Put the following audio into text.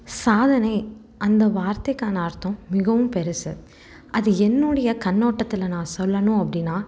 சாதனை அந்த வார்த்தைக்கான அர்த்தம் மிகவும் பெருசு அது என்னுடைய கண்ணோட்டத்தில் நான் சொல்லணும் அப்படின்னா